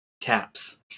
Taps